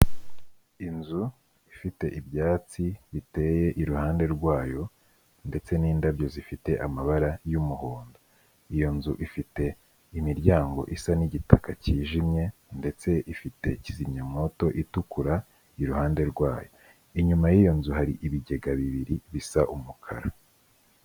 Inzu ifite ibyatsi biteye iruhande rwayo ndetse n'indabyo zifite amabara y'umuhondo, iyo nzu ifite imiryango isa n'igitaka cyijimye ndetse ifite kizimyamwoto itukura iruhande rwayo. Inyuma y'iyo nzu hari ibigega bibiri bisa umukara.